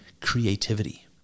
creativity